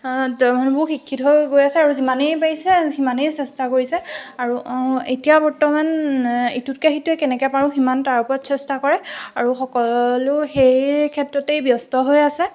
তেওঁলোকো শিক্ষিত হৈ গৈ আছে আৰু যিমানেই পাৰিছে সিমানেই চেষ্টা কৰিছে আৰু এতিয়া বৰ্তমান ইটোতকৈ সিটোৱে কেনেকে পাৰোঁ সিমান তাৰ ওপৰত চেষ্টা কৰে আৰু সকলো সেই ক্ষেত্ৰতেই ব্যস্ত হৈ আছে